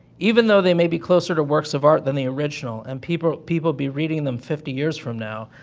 even though they may be closer to works of art than the original and people people be reading them fifty years from now,